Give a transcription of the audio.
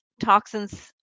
toxins